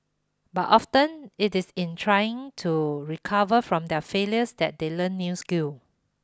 but often it is in trying to recover from their failures that they learn new skills